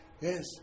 Yes